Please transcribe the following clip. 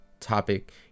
topic